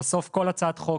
בסוף כל הצעת חוק,